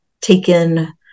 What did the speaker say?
taken